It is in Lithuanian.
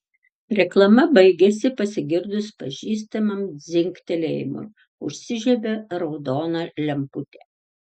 reklama baigėsi pasigirdus pažįstamam dzingtelėjimui užsižiebė raudona lemputė